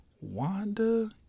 Wanda